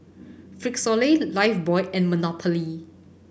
Frisolac Lifebuoy and Monopoly